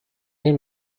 این